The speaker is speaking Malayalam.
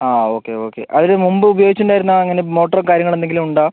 ആ ഓക്കെ ഓക്കെ അതിന് മുൻപ് ഉപയോഗിച്ചുണ്ടായിരുന്ന അങ്ങനെ മോട്ടറും കാര്യങ്ങൾ എന്തെങ്കിലും ഉണ്ടോ